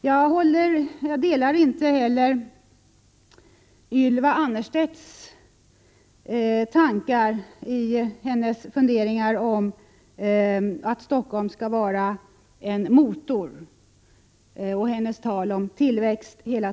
Jag delar inte heller Ylva Annerstedts uppfattning att Stockholm skall vara en motor eller hennes syn på tillväxten.